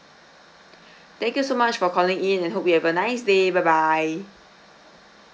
thank you so much for calling in and hope you have a nice day bye bye